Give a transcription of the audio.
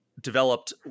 developed